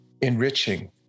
enriching